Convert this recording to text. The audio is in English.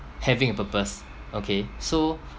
having a purpose okay so